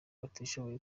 batishoboye